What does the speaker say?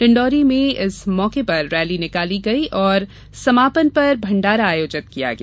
डिण्डोरी में इस मौके पर रैली निकाली गयी और समापन पर भण्डारा आयोजित किया गया